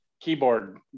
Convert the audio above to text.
Keyboard